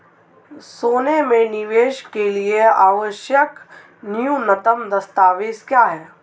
सोने में निवेश के लिए आवश्यक न्यूनतम दस्तावेज़ क्या हैं?